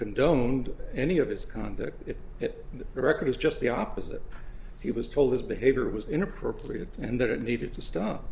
condoned any of his conduct if the record is just the opposite he was told his behavior was inappropriate and that are needed to stop